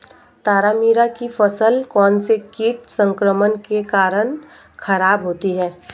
तारामीरा की फसल कौनसे कीट संक्रमण के कारण खराब होती है?